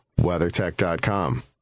WeatherTech.com